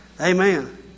Amen